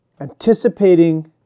anticipating